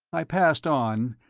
i passed on,